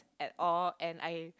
at all and I